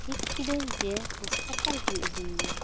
ᱴᱷᱤᱠ ᱠᱤᱫᱟᱹᱧ ᱡᱮ ᱦᱟᱥᱯᱟᱛᱟᱞ ᱜᱮᱧ ᱤᱫᱤᱭᱮᱭᱟ